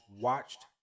watched